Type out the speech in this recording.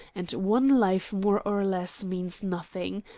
and one life more or less means nothing.